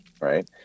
Right